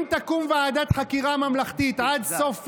אם תקום ועדת חקיקה ממלכתית עד סוף פברואר,